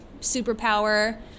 superpower